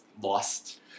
lost